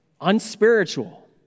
unspiritual